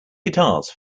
guitars